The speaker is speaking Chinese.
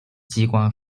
机关